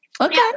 okay